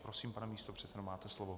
Prosím, pane místopředsedo, máte slovo.